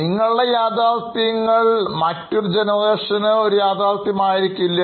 നിങ്ങളുടെ യാഥാർത്ഥ്യങ്ങൾ മറ്റൊരു ജനറേഷന് ഒരു യാഥാർത്ഥ്യം ആയിരിക്കില്ല